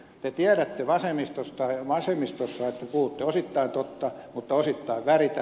te tiedätte vasemmistossa että te puhutte osittain totta mutta osittain väritätte